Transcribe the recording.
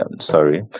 sorry